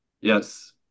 Yes